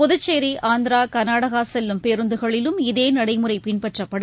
புதுச்சேரி ஆந்திரா கர்நாடகாசெல்லும் பேருந்துகளிலும் இதேநடைமுறைபின்பற்றப்படும்